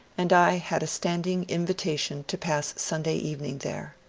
and i had a standing invitation to pass sunday evening there.